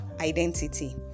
identity